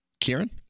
Kieran